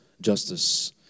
justice